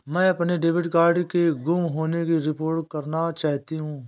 मैं अपने debit card के गुम होने की रिपोर्ट करना चाहती हूँ